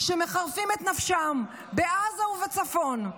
שמחרפים את נפשם בעזה ובצפון,